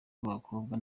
bw’abakobwa